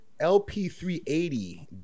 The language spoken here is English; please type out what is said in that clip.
LP380